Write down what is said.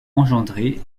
engendré